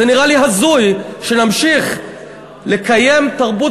זה נראה לי הזוי שנמשיך לקיים תרבות